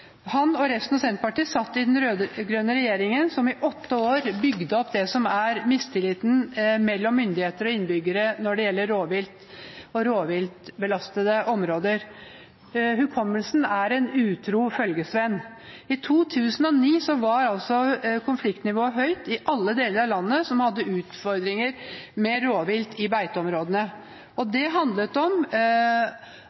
Han og resten av Senterpartiet satt i den rød-grønne regjeringen som i åtte år bygde opp mistilliten mellom myndigheter og innbyggere når det gjelder rovvilt og rovviltbelastede områder. Hukommelsen er en utro følgesvenn. I 2009 var konfliktnivået høyt i alle deler av landet som hadde utfordringer med rovvilt i beiteområdene. Det handlet om konflikter i forhold til alle rovviltartene, og